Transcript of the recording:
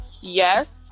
yes